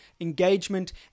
engagement